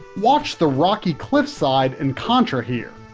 watch the rocky cliffside in contra here.